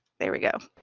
there we go.